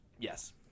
Yes